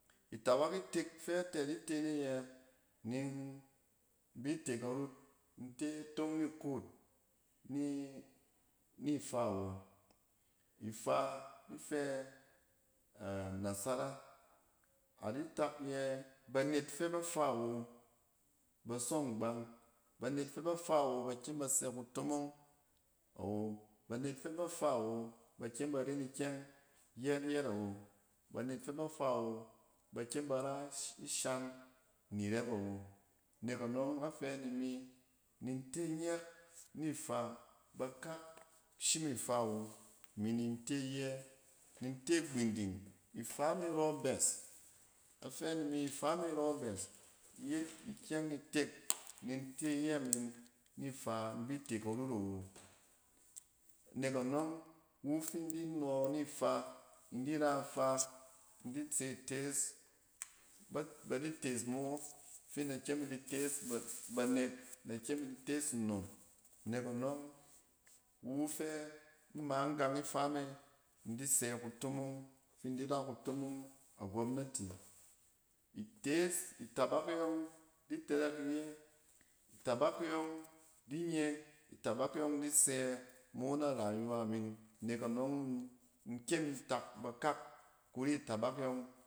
Itabak itek fɛ atɛ di te ne yɛ nin bi te karut, in te tong nikuut ni-ni faa wo. Ifaa ifɛ a nasara. Adi tak yɛ, banet fɛ ba faa wo ba sɔ ngbang. Banet fɛ ba faa wo ba sɛ tutomong awo, banet fɛ ba fa woo ba kyem ba ren kyɛng yɛt-yɛt awo. Banet fɛ ba faa wo, ba kyem ba ra shishan ni rɛp awo. Bek anɔng, afɛ mimi nin te nyɛk nifaa, bakak shim ifaa wo, imi nin te iyɛ, nin te gbinding. Ifaa me rɔ bɛs, a fɛ ni mi ifaa me rɔ bɛs, iyet ikyɛng itek nin te iyɛ min ni faa in bi te karut awo. Bek anɔng wu fin di nɔ nifaa, in di ra ifaa, in di tse itees. Bat, ba di tees mo fin da kyem in di tees ba banet, in da kyem in di tees nnon. Nek anɔng, iwu fɛ, ama in gang ifa me in di sɛ kutomong fin di ra kutomong a gomnati. Itees, itabak e yɔng di tɛrɛk iyɛ, itabek e yɔng di nye, itabak e yɔng di sɛ mo na rayuwa min. Nek anɔng in kyem in tak bakak kuri itabak e yɔng.